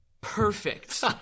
Perfect